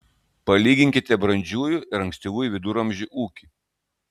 palyginkite brandžiųjų ir ankstyvųjų viduramžių ūkį